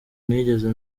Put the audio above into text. nigeze